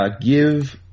give